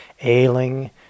ailing